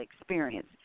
experience